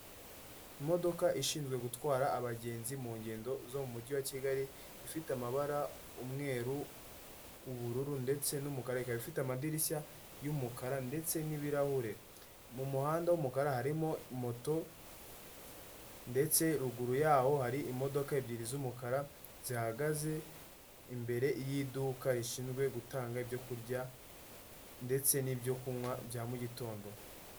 Imodoka ishinzwe gutwara abagenzi mu ngendo zo mu mujyi wa Kigali, ifite amabara, umweru, ubururu ndetse n'umukara, ikaba ifite amadirishya y'umukara ndetse n'ibirahure. Mu muhanda w'umukara harimo moto. ndetse ruguru yaho hari imodoka ebyiri z'umukara zihagaze. imbere y'iduka rishinzwe gutanga ibyo kurya. ndetse n'ibyo kunywa bya mu gitondo.